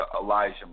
Elijah